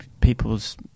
people's